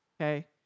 okay